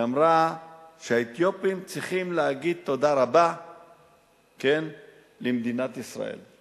היא אמרה שהאתיופים צריכים להגיד תודה רבה למדינת ישראל.